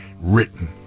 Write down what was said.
written